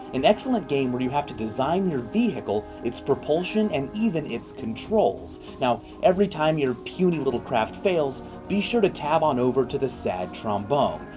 an excellent game where you have to design your vehicle, its propulsion and even its controls. now, every time your puny little craft fails, be sure to tab on over to the sad trombone,